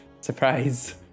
Surprise